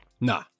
Nah